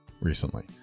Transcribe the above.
recently